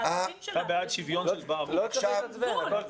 הכול טוב.